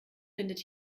findet